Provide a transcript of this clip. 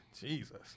Jesus